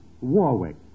Warwick